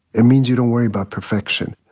it means you don't worry about perfection.